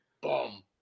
boom